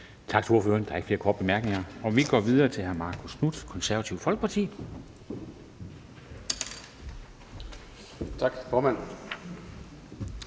Tak til ordføreren. Der er ikke flere korte bemærkninger. Vi går videre til hr. Marcus Knuth, Det Konservative Folkeparti. Kl.